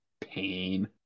Pain